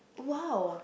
!wow!